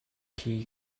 khi